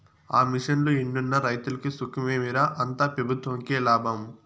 ఆ మిషన్లు ఎన్నున్న రైతులకి సుఖమేమి రా, అంతా పెబుత్వంకే లాభం